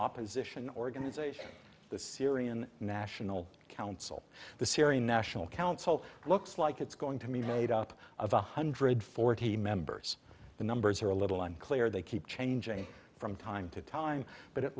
opposition organization the syrian national council the syrian national council looks like it's going to mean made up of one hundred forty members the numbers are a little unclear they keep changing from time to time but it